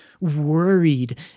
worried